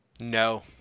No